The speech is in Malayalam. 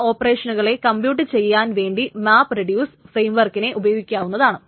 ചില ഓപ്പറേഷനുകളെ കംപ്യൂട്ട് ചെയ്യുവാൻ വേണ്ടി മാപ് റെഡീയൂസ് ഫ്രെയിംവർക്കിനെ ഉപയാഗിക്കാവുന്നതാണ്